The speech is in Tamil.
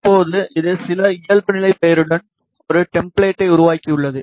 இப்போது இது சில இயல்புநிலை பெயருடன் ஒரு டெம்ப்ளேட்டை உருவாக்கியுள்ளது